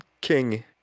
King